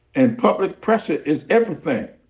and public pressure is everything.